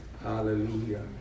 Hallelujah